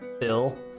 bill